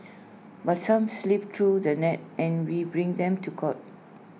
but some slip through the net and we bring them to court